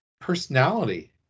personality